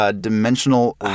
dimensional